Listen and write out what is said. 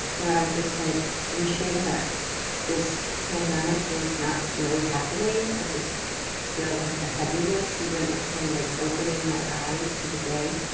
or i'm just like wishing that this pandemic was not really happening, i just feel like a heaviness even upon like opening my eyes to the day.